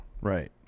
Right